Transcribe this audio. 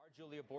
Julia